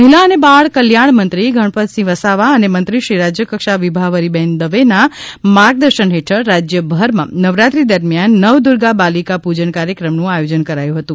મહિલા અને બાળ કલ્યાણ મંત્રી ગણપતસિંહ વસાવા અને મંત્રીશ્રી રાજ્યકક્ષા વિભાવરીબેન દવેના માર્ગદર્શન હેઠળ રાજ્યભરમાં નવરાત્રિ દરમિયાન નવદુર્ગા બાલિકા પૂજન કાર્યક્રમનું આયોજન કરાયું હતું